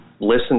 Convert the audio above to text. listen